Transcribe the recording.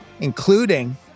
including